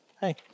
Hey